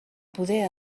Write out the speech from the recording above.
poder